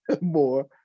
more